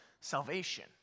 salvation